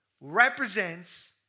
represents